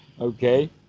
Okay